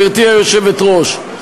גברתי היושבת-ראש,